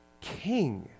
king